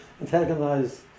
antagonize